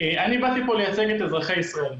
אני באתי פה לייצג את אזרחי ישראל,